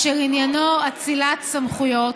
אשר עניינו אצילת סמכויות,